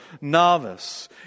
novice